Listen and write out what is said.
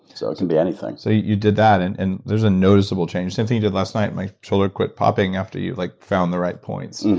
so it can be anything. so, you did that and and there's a noticeable change. same thing you did last night, my shoulder quit popping after you like found the right points.